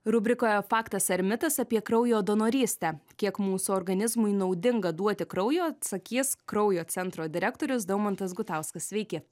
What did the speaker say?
rubrikoje faktas ar mitas apie kraujo donorystę kiek mūsų organizmui naudinga duoti kraujo atsakys kraujo centro direktorius daumantas gutauskas sveiki